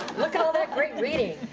look at all that great reading.